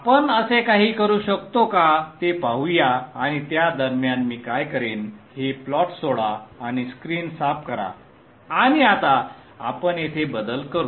आपण असे काही करू शकतो का ते पाहूया आणि त्या दरम्यान मी काय करेन हे प्लॉट सोडा आणि स्क्रीन साफ करा आणि आता आपण येथे बदल करू